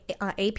AP